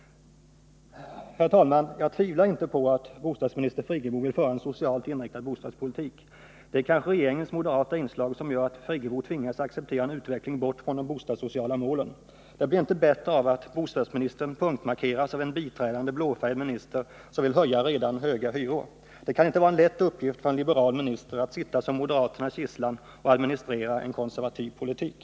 Herr talman! Jag tvivlar inte på att bostadsminister Friggebo vill föra en socialt inriktad bostadspolitik. Det är kanske regeringens moderata inslag som gör att Birgit Friggebo tvingas acceptera en utveckling bort från de bostadssociala målen. Det blir inte bättre av att bostadsministern punktmarkeras av en biträdande, blåfärgad minister, som vill höja redan höga hyror. Det kan inte vara en lätt uppgift för en liberal minister att sitta som moderaternas gisslan och administrera en konservativ politik.